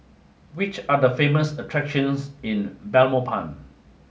which are the famous attractions in Belmopan